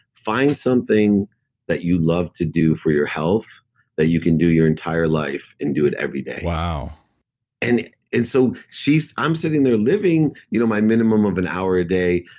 find something that you love to do for your health that you can do your entire life, and do it every day. wow and and so i'm sitting there living you know my minimum of an hour a day,